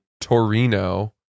Torino